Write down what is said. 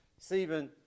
Stephen